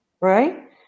Right